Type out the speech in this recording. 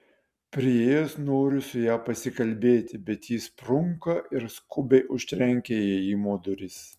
priėjęs noriu su ja pasikalbėti bet ji sprunka ir skubiai užtrenkia įėjimo duris